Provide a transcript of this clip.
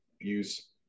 use